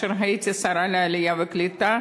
כאשר הייתי שרת העלייה והקליטה,